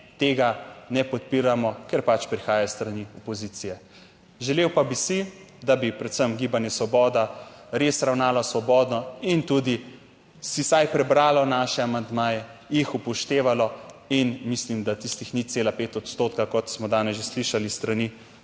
tega ne podpiramo, ker pač prihaja s strani opozicije. Želel pa bi si, da bi predvsem gibanje Svoboda res ravnala svobodno in tudi si vsaj prebralo naše amandmaje, jih upoštevalo in mislim, da tistih 0,5 odstotka kot smo danes že slišali s strani soimenjaka